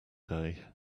day